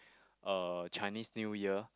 uh Chinese New Year